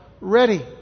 ready